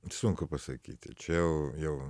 sunku pasakyti čia jau jau